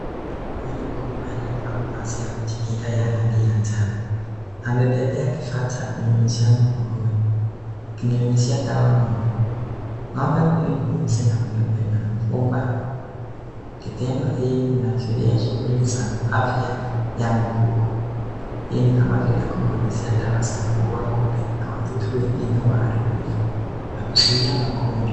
Huyu ni mkulima aliyevaa mavazi ya kujikinga ya rangi ya njano. Amebebea kifaa cha kunyunyuzia mgongoni, akinyunyuzia dawa ngombe. Ngombe huyu ni mweusi na mweupe na amefungwa. Kitendo hii inaashiria shughuli za afya ya mifugo. Hii ni kama vile kupulizia dawa ya kuua kupe na wadudu wengine waharibifu na kuzuia magonjwa.